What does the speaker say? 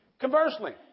Conversely